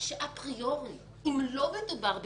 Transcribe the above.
שעד היום, אם לא מדובר בעיוותים,